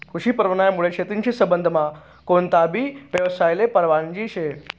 कृषी परवानामुये शेतीशी संबंधमा कोणताबी यवसायले परवानगी शे